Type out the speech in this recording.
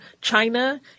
China